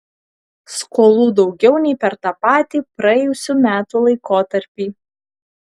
skolų daugiau nei per tą patį praėjusių metų laikotarpį